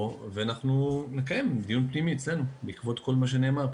ואנחנו נקיים דיון פנימי אצלנו בעקבות כל מה שנאמר פה.